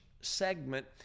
segment